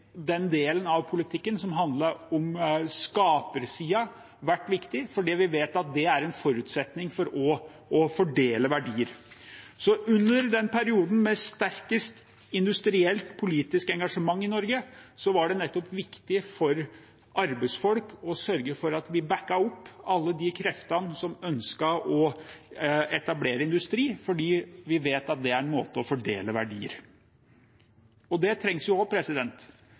den delen av politikken som handler om skapersiden, vært viktig, fordi vi vet at det er en forutsetning for også å fordele verdier. Under perioden med sterkest industrielt-politisk engasjement i Norge var det viktig for arbeidsfolk nettopp å sørge for at vi bakket opp alle de kreftene som ønsket å etablere industri, fordi vi vet at det er en måte å fordele verdier på. Det trengs jo